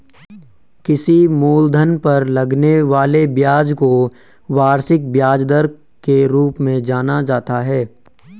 किसी मूलधन पर लगने वाले ब्याज को वार्षिक ब्याज दर के रूप में जाना जाता है